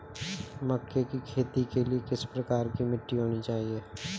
मक्के की खेती के लिए किस प्रकार की मिट्टी होनी चाहिए?